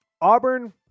Auburn